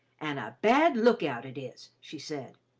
an' a bad lookout it is, she said.